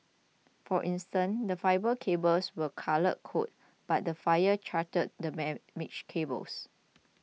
for instance the fibre cables were colour coded but the fire charred the damaged cables